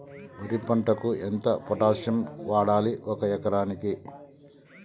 వరి పంటకు ఎంత పొటాషియం వాడాలి ఒక ఎకరానికి?